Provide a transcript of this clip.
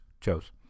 chose